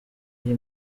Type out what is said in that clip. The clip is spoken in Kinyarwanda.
iyi